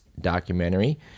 documentary